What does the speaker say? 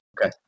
okay